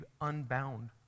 unbound